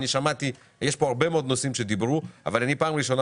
הועלו כאן הרבה מאוד נושאים אבל פעם ראשונה